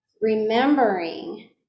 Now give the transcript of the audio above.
remembering